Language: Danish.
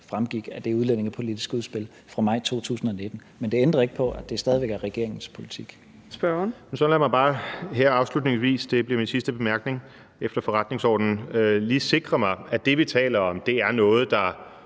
fremgik af det udlændingepolitiske udspil fra maj 2019. Men det ændrer ikke på, at det stadig væk er regeringens politik.